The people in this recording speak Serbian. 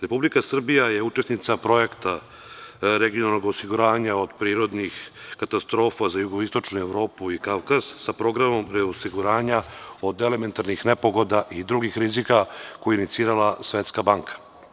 Republika Srbija je učesnica projekta regionalnog osiguranja od prirodnih katastrofa za jugoistočnu Evropu i Kavkaz, sa programom reosiguranja od elementarnih nepogoda i drugih rizika, koji je inicirala Svetska banka.